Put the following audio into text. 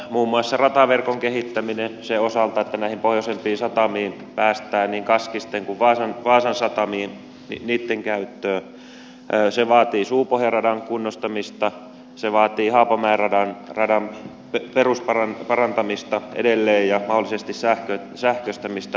muun muassa rataverkon kehittäminen sen osalta että näihin pohjoisempiin satamiin päästään niin kaskisten kuin vaasan satamiin niitten käyttöön vaatii suupohjan radan kunnostamista haapamäen radan perusparantamista edelleen ja mahdollisesti sähköistämistä